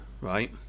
right